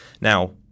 Now